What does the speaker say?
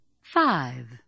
Five